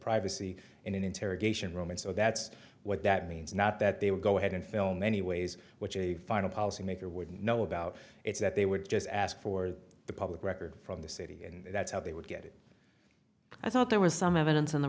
an interrogation room and so that's what that means not that they would go ahead and fill many ways what you find a policy maker wouldn't know about it's that they would just ask for the public record from the city and that's how they would get it i thought there was some evidence on the